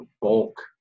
bulk